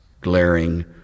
glaring